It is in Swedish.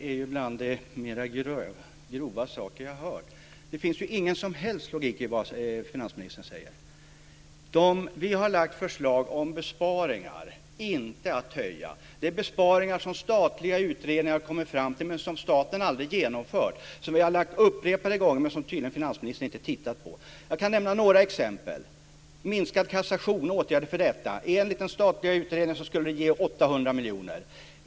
Fru talman! Detta var bland det grövsta jag har hört. Det finns ingen som helst logik i det finansministern säger. Vi har lagt fram förslag om besparingar inte höjningar. Det är besparingar som statliga utredningar har kommit fram till men som staten inte genomfört. Vi har lagt fram dessa förslag upprepade gånger, men finansministern har tydligen inte tittat på dem. Jag kan nämna några exempel. Vi har åtgärder för minskad kassation. Enligt den statliga utredningen skulle det ge 800 miljoner.